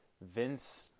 Vince